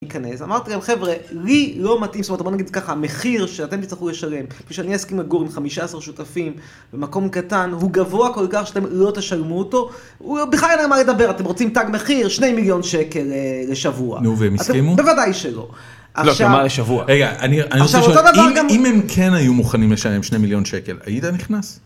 אמרתי להם חברה, לי לא מתאים, זאת אומרת בוא נגיד ככה, המחיר שאתם תצטרכו לשלם, כפי שאני אסכים לגור עם 15 שותפים במקום קטן, הוא גבוה כל כך שאתם לא תשלמו אותו, בכלל אין על מה לדבר, אתם רוצים תג מחיר, 2 מיליון שקל לשבוע. נו והם הסכימו? בוודאי שלא. לא, תאמר לשבוע. רגע, אני רוצה לשאול, אם הם כן היו מוכנים לשלם 2 מיליון שקל, הייתה נכנס?